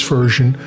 Version